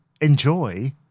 enjoy